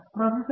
professor V